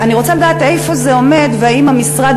אני רוצה לדעת איפה זה עומד ואם המשרד